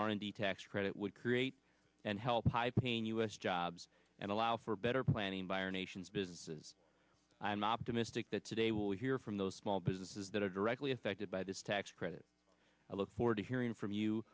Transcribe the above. and d tax credit would create and help high paying u s jobs and allow for better planning by our nation's businesses i'm optimistic that today we'll hear from those small businesses that are directly affected by this tax credit i look forward to hearing from you